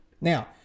Now